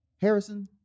Harrison